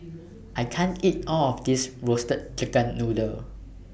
I can't eat All of This Roasted Chicken Noodle